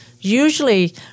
Usually